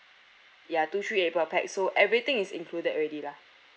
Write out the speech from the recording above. ya two three eight per pax so everything is included already lah